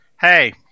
hey